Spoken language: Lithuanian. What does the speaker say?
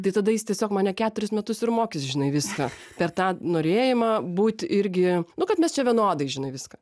tai tada jis tiesiog mane keturis metus ir mokys žinai viską per tą norėjimą būt irgi nu kad mes čia vienodai žinai viską